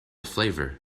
flavor